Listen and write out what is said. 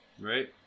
right